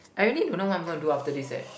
I really don't know what I'm gonna do after this eh